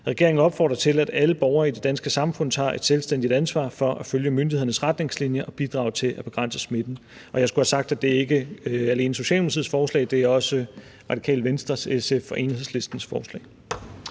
Regeringen opfordrer til, at alle borgere i det danske samfund tager selvstændigt ansvar for at følge myndighedernes retningslinjer og bidrage til at begrænse smitten.« (Forslag til vedtagelse nr. V 68). Og jeg skulle have sagt, at det ikke alene er Socialdemokratiets forslag. Det er også Radikale Venstres, SF's og Enhedslistens forslag.